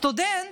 סטודנט,